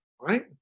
right